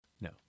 No